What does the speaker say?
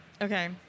Okay